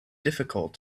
difficult